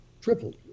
tripled